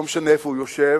לא משנה איפה הוא יושב,